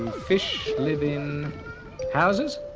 fish live in houses?